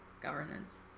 governance